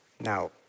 Now